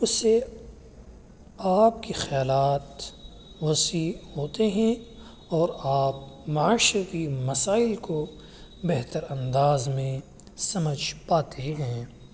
اس سے آپ کے خیالات وسیع ہوتے ہیں اور آپ معاشرے کی مسائل کو بہتر انداز میں سمجھ پاتے ہیں